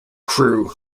crew